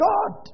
God